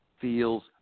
feels